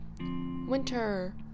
winter